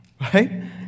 right